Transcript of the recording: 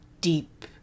deep